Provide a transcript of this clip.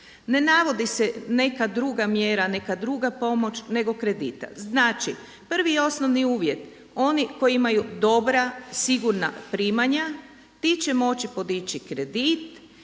Ne navodi se neka druga mjera, neka druga pomoć, nego kredita. Znači, prvi i osnovni uvjet oni koji imaju dobra, sigurna primanja ti će moći podići kredit,